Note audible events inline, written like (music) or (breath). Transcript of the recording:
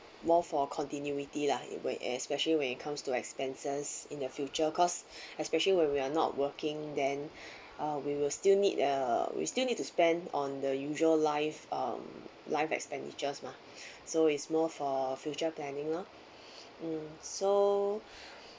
more for continuity lah it when especially when it comes to like expenses in the future cause (breath) especially when we are not working then (breath) uh we will still need uh we still need to spend on the usual life um life expenditures mah (breath) so it's more for future planning lor (breath) mm so